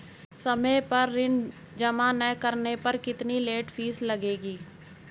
समय पर ऋण जमा न करने पर कितनी लेट फीस लगेगी?